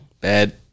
bad